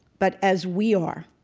but as we are.